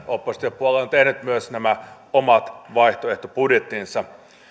oppositiopuolue on tehnyt myös nämä omat vaihtoehtobudjettinsa